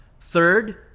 Third